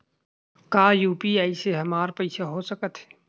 का यू.पी.आई से हमर पईसा हो सकत हे?